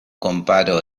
komparo